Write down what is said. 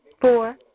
Four